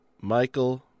Michael